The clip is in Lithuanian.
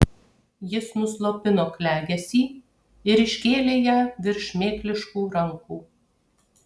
jis nuslopino klegesį ir iškėlė ją virš šmėkliškų rankų